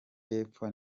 y’epfo